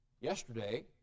yesterday